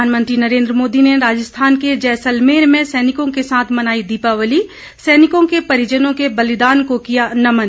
प्रधानमंत्री नरेन्द्र मोदी ने राजस्थान के जैसलमेर में सैनिकों के साथ मनाई दीपावली सैनिकों के परिजनों के बलिदान को किया नमन